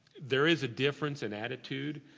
there is a difference in attitude,